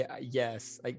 yes